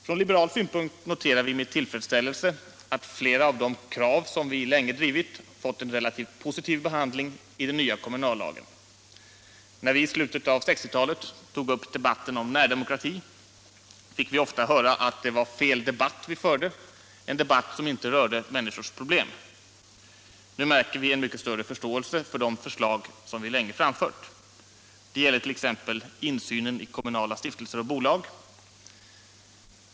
Från liberal synpunkt noterar vi med tillfredsställelse att flera av de krav som vi länge har drivit har fått en relativt positiv behandling i den nya kommunallagen. När vi i slutet av 1960-talet tog upp debatten om närdemokrati fick vi ofta höra att det var ”fel debatt” som vi förde, en debatt som inte rörde människors problem. Nu märker vi en mycket större förståelse för de förslag som vi länge har framfört. Det gäller t.ex. insynen i kommunala stiftelser och bolag.